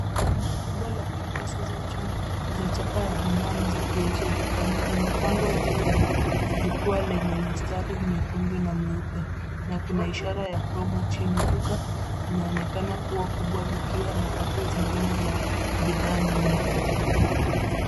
Rundo kubwa la karatasi za choo za chapa ya Hannan, zikuzwa dukani. Zimepangwa juu ya jukwaa lenye mistari myekundu na myeupe, na kuna ishara ya promo chini. Duka linaonekana kua kubwa likiwa na rafu zingine za bidhaa nyuma.